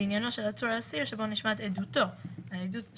בין השאר ברמת התחלואה במדינה או בבתי המעצר